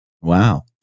Wow